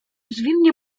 zwinnie